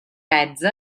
beds